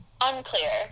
unclear